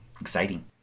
Exciting